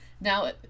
Now